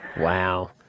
Wow